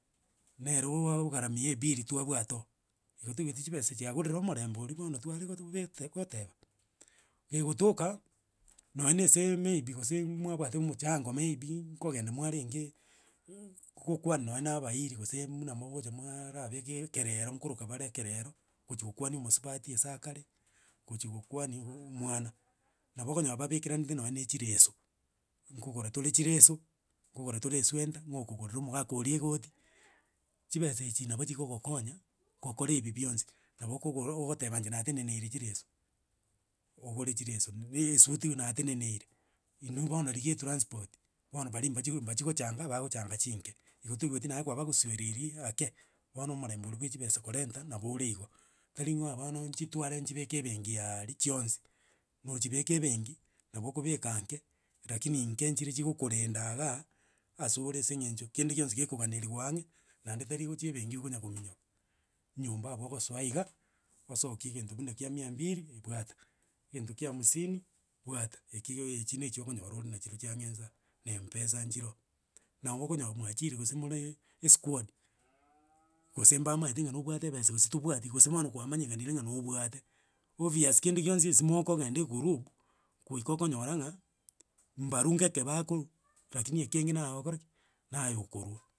Nere ogarimia ebin twabwate o, igo toigwete chibera chia gore omorembe oria bono. tware goteba kegotoka, nonyese maybe gase mwabwate omochango, maybe kogenda mwarenge go kwani nonya abairi gose mbuna mogocha mwarabeka ekerero koroka bare ekerero, guchi gokwani omosubati ase agakare. gochi gokwani omwana. Nabo okonyora babekeranetie nonya chireso kogora tore chireso kogora tore chireso. kogora tore eswenta, nigo okogoresa omogaka eira egoti. Chibere echi nabo, chigogokonya gokora ebi bwionsi. Nabo ogoteba inche na teneneire inu bono, rigia etransporti mbono, bari nabobagochi gochanga bagochanga chinke igo toigwete naye kwa baguseririe. Mbono omorembe oria bwe chibesa korenta nabo bebe ore iga. Tari bono chitware, chibeke arie chionsi. Nochibeka ebengi, nabo okobeka inke. chire, chigokorenda nga. Asore, sengecho kendegionsi gekoganengwa age, naende, tangochi ebengi okanya lominyoka. Nyomba agwo ogoroa iga osoki, egento mbuna kia mia mbiri, ebwata, egeto kia hamsini. Ichio na chiokonyora ore na chio nsa. Na mpesa chiro ewata chio nabo okonyora, mwachire, gure, more eskuod gose mbamayete no bwate ebesa, tobwate, obvious kendegionsi mokogenda egroup, goika okonyara nga mbuna, mbaru geke bakuru, rakini ekenge naye ogokora ki. Naye okorua.